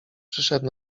przyszedł